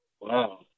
Wow